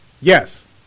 yes